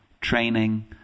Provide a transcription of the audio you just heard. training